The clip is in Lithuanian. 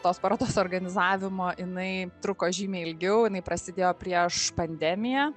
tos parodos organizavimo jinai truko žymiai ilgiau jinai prasidėjo prieš pandemiją